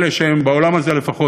אלה שהם בעולם הזה לפחות,